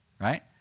right